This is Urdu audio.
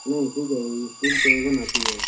نہیں ٹھیک ہے اسٹیل تواے ون آتی ہے